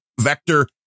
vector